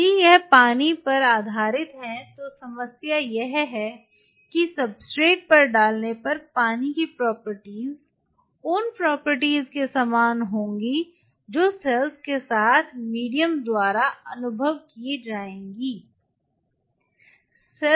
यदि यह पानी पर आधारित है तो समस्या यह है कि सब्सट्रेट पर डालने पर पानी की प्रॉपर्टीज उन प्रॉपर्टीज के समान होंगे जो सेल्स के साथ माध्यम द्वारा अनुभव किए जाएंगे